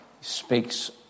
speaks